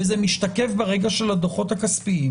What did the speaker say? וזה משתקף ברגע של הדוחות הכספיים